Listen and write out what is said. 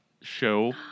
show